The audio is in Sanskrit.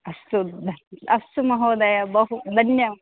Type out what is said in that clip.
अस्तु अस्तु महोदय बहु धन्य